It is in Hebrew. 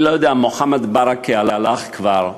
אני לא יודע, מוחמד ברכה הלך כבר,